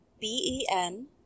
b-e-n